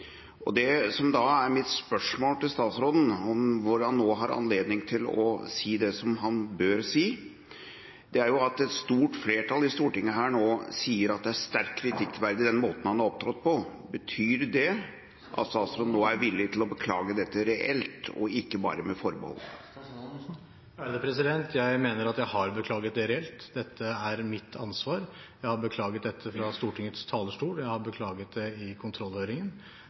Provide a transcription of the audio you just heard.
Det som da er mitt spørsmål til statsråden, der han nå har anledning til å si det han bør si, er: Et stort flertall i Stortinget sier nå at det er sterkt kritikkverdig den måten han har opptrådt på. Er statsråden nå villig til å beklage dette reelt og ikke bare med forbehold? Jeg mener at jeg har beklaget det reelt. Dette er mitt ansvar. Jeg har beklaget det fra Stortingets talerstol, og jeg har beklaget det i kontrollhøringen.